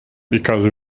because